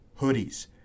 hoodies